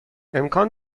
امکان